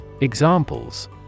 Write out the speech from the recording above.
Examples